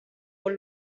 col